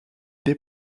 des